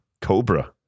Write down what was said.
Cobra